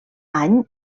any